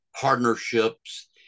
partnerships